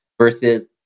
versus